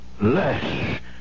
less